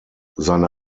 seine